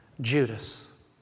Judas